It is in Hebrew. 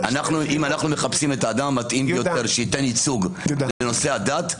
אם אנחנו מחפשים את האדם המתאים ביותר שייתן ייצוג לנושא הדת,